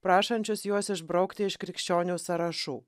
prašančius juos išbraukti iš krikščionių sąrašų